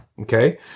okay